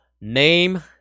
Name